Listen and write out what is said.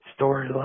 storyline